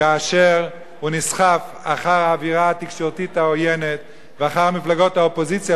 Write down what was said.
כאשר הוא נסחף אחר האווירה התקשורתית העוינת ואחר מפלגות האופוזיציה,